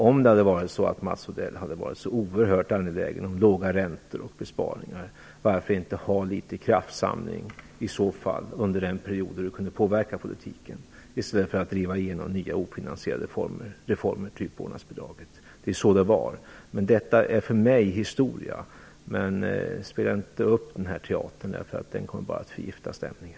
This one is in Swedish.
Om Mats Odell var så oerhört angelägen om låga räntor och besparingar, varför hade då Mats Odell i så fall inte litet kraftsamling under den period han kunde påverka politiken i stället för att driva igenom nya ofinansierade reformer, t.ex. vårdnadsbidraget? Det är så det var. Men detta är för mig historia. Spela inte upp denna teater. Den kommer bara att förgifta stämningen.